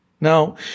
Now